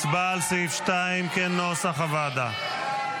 הצבעה על סעיף 2 כנוסח הוועדה.